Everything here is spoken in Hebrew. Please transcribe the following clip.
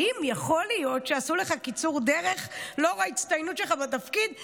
האם יכול להיות שעשו לך קיצור דרך לאור ההצטיינות שלך בתפקיד?